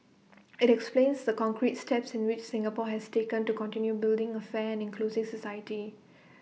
IT explains the concrete steps in which Singapore has taken to continue building A fair and inclusive society